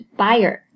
buyer 。